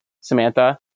Samantha